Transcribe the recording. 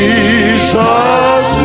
Jesus